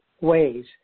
ways